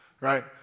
right